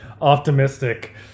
optimistic